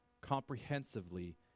comprehensively